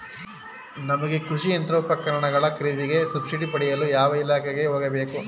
ನಮಗೆ ಕೃಷಿ ಯಂತ್ರೋಪಕರಣಗಳ ಖರೀದಿಗೆ ಸಬ್ಸಿಡಿ ಪಡೆಯಲು ಯಾವ ಇಲಾಖೆಗೆ ಹೋಗಬೇಕು?